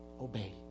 obey